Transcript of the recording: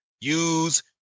use